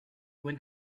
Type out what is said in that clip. went